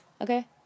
Okay